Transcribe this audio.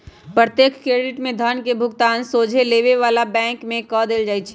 प्रत्यक्ष क्रेडिट में धन के भुगतान सोझे लेबे बला के बैंक में कऽ देल जाइ छइ